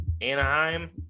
Anaheim